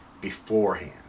beforehand